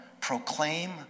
proclaim